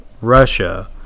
Russia